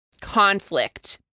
conflict